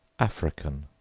african,